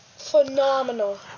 Phenomenal